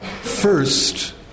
First